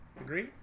agree